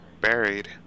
Buried